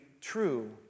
true